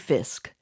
Fisk